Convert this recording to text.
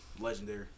legendary